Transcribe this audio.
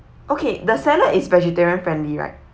okay the salad is vegetarian friendly right